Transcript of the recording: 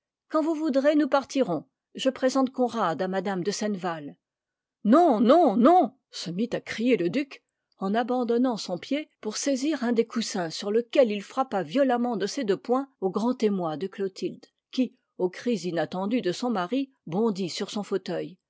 quand vous voudrez nous partirons je présente conrad à mme de senneval non non non se mit à crier le duc en abandonnant son pied pour saisir un des coussins sur lequel il frappa violemment de ses deux poings au grand émoi de clotilde qui aux cris inattendus de son mari bondit sur son fauteuil